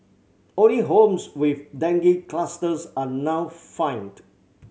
only homes with dengue clusters are now fined